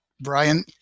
Brian